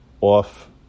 off